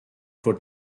for